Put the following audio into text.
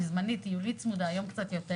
בזמני טיולית צמודה, היום קצת יותר